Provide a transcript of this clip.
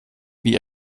wie